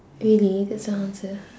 really that's your answer